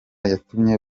yatumye